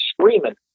screaming